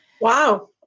Wow